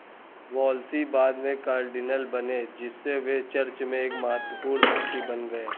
Wolsey बाद में cardinal बने जिससे वे चर्च में एक महत्वपूर्ण व्यक्ति बन गए